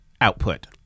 output